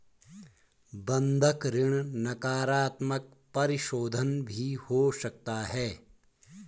बंधक ऋण नकारात्मक परिशोधन भी हो सकता है